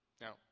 Now